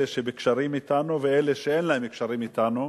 אלה שבקשרים אתנו ואלה שאין להן קשרים אתנו,